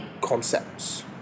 concepts